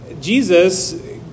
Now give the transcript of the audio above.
Jesus